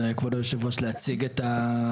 אז, כבוד היושב ראש, להציג את ההקשר?